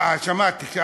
אה, שמעתי.